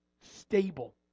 stable